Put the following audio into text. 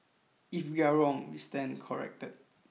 if we are wrong we stand corrected